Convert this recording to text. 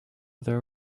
there